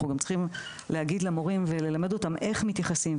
אנחנו גם צריכים להגיד למורים וללמד אותם איך מתייחסים.